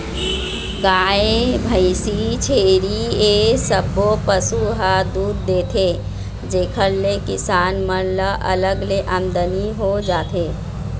गाय, भइसी, छेरी ए सब्बो पशु ह दूद देथे जेखर ले किसान मन ल अलग ले आमदनी हो जाथे